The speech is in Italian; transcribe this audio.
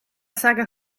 saga